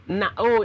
no